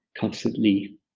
constantly